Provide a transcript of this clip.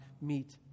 meet